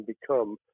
become